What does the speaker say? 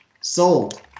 Sold